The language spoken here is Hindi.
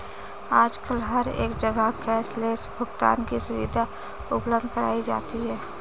आजकल हर एक जगह कैश लैस भुगतान की सुविधा उपलब्ध कराई जाती है